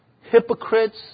hypocrites